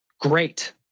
Great